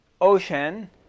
ocean